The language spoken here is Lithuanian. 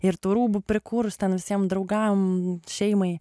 ir tų rūbų prikūrus ten visiem draugam šeimai